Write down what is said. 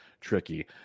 tricky